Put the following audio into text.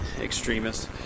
extremists